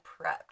prepped